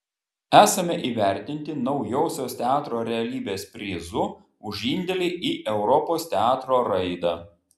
esame įvertinti naujosios teatro realybės prizu už indėlį į europos teatro raidą